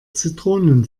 zitronen